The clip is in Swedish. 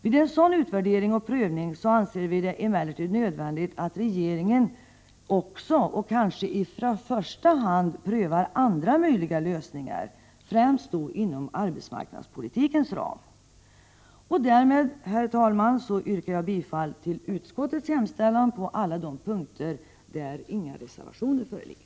Vid en sådan utvärdering och prövning är det emellertid nödvändigt att regeringen också prövar andra möjliga lösningar, främst inom arbetsmarknadspolitikens ram. Därmed, herr talman, yrkar jag bifall till utskottets hemställan på alla de punkter där inga reservationer föreligger.